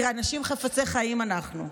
כי אנשים חפצי חיים אנחנו,